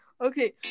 Okay